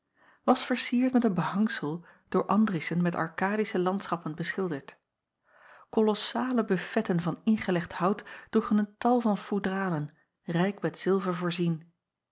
was vercierd met een behangsel door ndriessen met rkadische landschappen beschilderd olossale bufetten van ingelegd hout droegen een tal van foedralen rijk met zilver voorzien